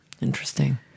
Interesting